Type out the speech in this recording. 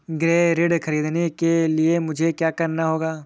गृह ऋण ख़रीदने के लिए मुझे क्या करना होगा?